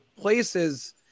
places –